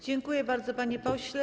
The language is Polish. Dziękuję bardzo, panie pośle.